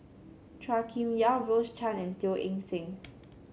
Chua Kim Yeow Rose Chan and Teo Eng Seng